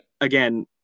again